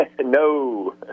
No